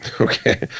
Okay